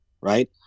right